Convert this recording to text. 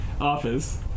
Office